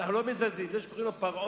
אנחנו לא מזלזלים, זה שקוראים לו פרעה,